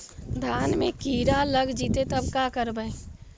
धान मे किड़ा लग जितै तब का करबइ?